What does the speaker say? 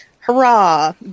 Hurrah